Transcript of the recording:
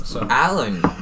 Alan